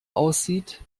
aussieht